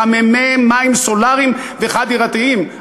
מחממי מים סולריים וחד-דירתיים.